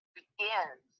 begins